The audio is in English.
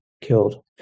killed